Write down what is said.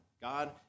God